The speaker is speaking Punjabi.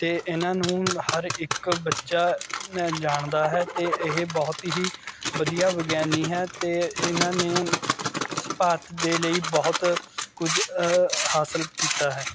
ਅਤੇ ਇਹਨਾਂ ਨੂੰ ਹਰ ਇੱਕ ਬੱਚਾ ਜਾਣਦਾ ਹੈ ਅਤੇ ਇਹ ਬਹੁਤ ਹੀ ਵਧੀਆ ਵਿਗਿਆਨੀ ਹੈ ਅਤੇ ਇਹਨਾਂ ਨੇ ਭਾਰਤ ਦੇ ਲਈ ਬਹੁਤ ਕੁਝ ਹਾਸਲ ਕੀਤਾ ਹੈ